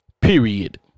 Period